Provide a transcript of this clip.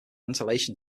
ventilation